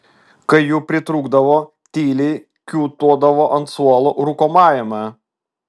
kai jų pritrūkdavo tyliai kiūtodavo ant suolo rūkomajame